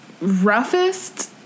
roughest